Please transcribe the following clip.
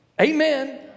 Amen